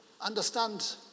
Understand